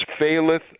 faileth